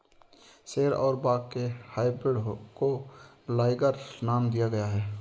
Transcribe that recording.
शेर और बाघ के हाइब्रिड को लाइगर नाम दिया गया है